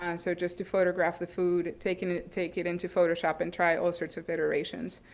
ah so just to photograph the food, take and it take it into photoshop and try all sorts of iterations,